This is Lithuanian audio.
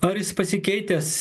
ar jis pasikeitęs